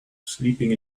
sleeping